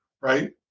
Right